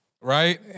Right